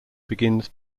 begins